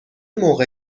موقع